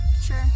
Sure